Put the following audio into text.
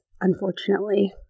unfortunately